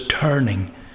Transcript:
turning